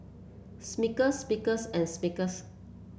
Smuckers Smuckers and Smuckers